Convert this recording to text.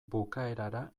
bukaerara